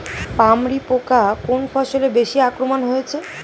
পামরি পোকা কোন ফসলে বেশি আক্রমণ হয়েছে?